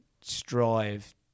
strive